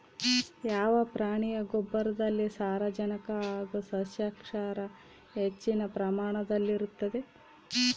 ಯಾವ ಪ್ರಾಣಿಯ ಗೊಬ್ಬರದಲ್ಲಿ ಸಾರಜನಕ ಹಾಗೂ ಸಸ್ಯಕ್ಷಾರ ಹೆಚ್ಚಿನ ಪ್ರಮಾಣದಲ್ಲಿರುತ್ತದೆ?